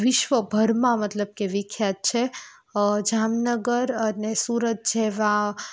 વિશ્વભરમાં મતલબ કે વિખ્યાત છે જામનગર અને સુરત જેવાં